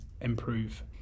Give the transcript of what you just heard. improve